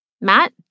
Matt